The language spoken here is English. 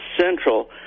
Central